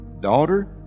Daughter